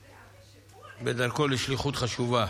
שבדרכו לשליחות חשובה.